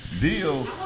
deal